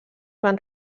van